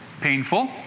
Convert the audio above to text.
painful